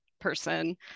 person